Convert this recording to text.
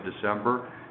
December